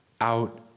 out